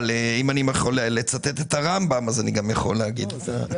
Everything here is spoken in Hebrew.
אבל אם אני יכול לצטט את הרמב"ם אז אני גם יכול להגיד את זה.